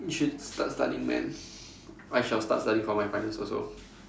you should start studying man I shall start studying for my finals also